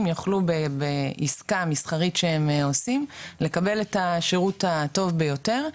יוכלו בעסקה מסחרית שהם עושים לקבל את השירות הטוב ביותר,